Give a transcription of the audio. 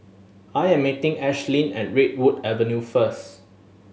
I am meeting Ashlyn at Redwood Avenue first